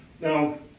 Now